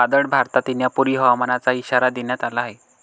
वादळ भारतात येण्यापूर्वी हवामानाचा इशारा देण्यात आला आहे